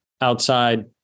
outside